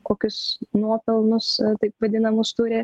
kokius nuopelnus taip vadinamus turi